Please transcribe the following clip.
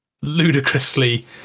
ludicrously